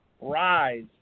Rise